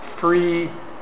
free